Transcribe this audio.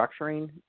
structuring